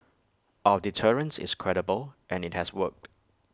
our deterrence is credible and IT has worked